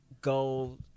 go